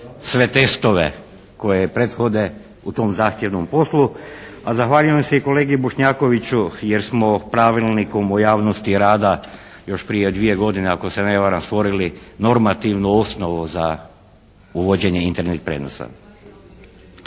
sve testove koje prethode u tom zahtjevnom poslu. A zahvaljujem se i kolegi Bošnjakoviću jer smo Pravilnikom o javnosti rada, još prije 2 godine ako se ne varam, stvorili normativnu osnovu za uvođenje Internet prijenosa.